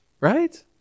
Right